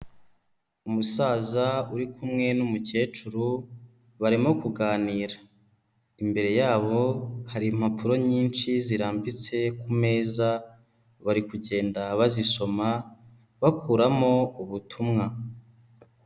Umusaza uri kumwe n'umukecuru barimo kuganira, imbere yabo hari impapuro nyinshi zirambitse ku meza, bari kugenda bazisoma bakuramo ubutumwa.